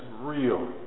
real